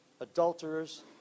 adulterers